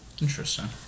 Interesting